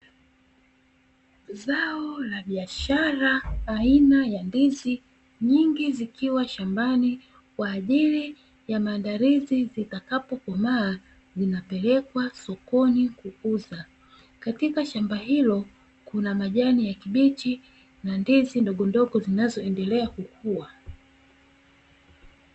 Zao la biashara aina ya ndizi nyingi zikiwa shambani, kwa ajili ya maandalizi zitakapo komaa zinapelekwa sokoni kuuza, katika shamba hilo kuna majani ya kijani kibichi, ndizi ndogo ndogo zinazoendelea kukua.